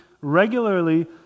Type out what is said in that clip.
regularly